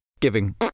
giving